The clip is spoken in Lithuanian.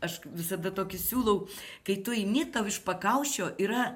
aš visada tokį siūlau kai tu eini tau iš pakaušio yra